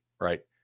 right